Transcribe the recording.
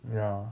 ya